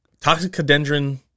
Toxicodendron